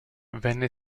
venne